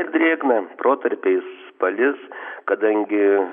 ir drėgmę protarpiais palis kadangi